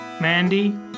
Mandy